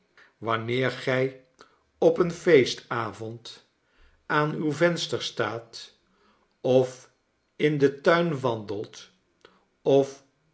wanneer gij op een feestavond aan uw venster staat of in den tuin wandelt of